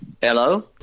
Hello